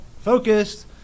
focused